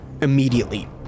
immediately